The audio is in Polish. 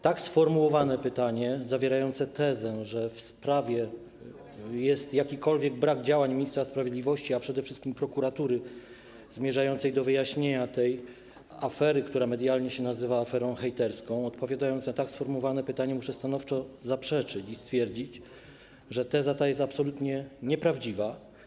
tak sformułowane pytanie zawierające tezę, że w sprawie jest jakikolwiek brak działań ministra sprawiedliwości, a przede wszystkim brak działania prokuratury zmierzającego do wyjaśnienia tej afery, która medialnie się nazywa aferą hejterską, odpowiadając na tak sformułowane pytanie, muszę stanowczo zaprzeczyć i stwierdzić, że teza ta jest absolutnie nieprawdziwa.